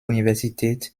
universität